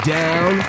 down